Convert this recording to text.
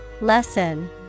Lesson